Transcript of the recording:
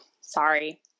sorry